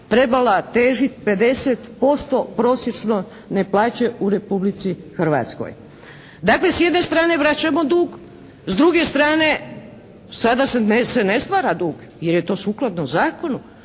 trebala težit 50% prosječno neplaće u Hrvatskoj. Dakle, s jedne strane vraćamo dug, s druge strane sada se ne stvara dug jer je to sukladno zakonu.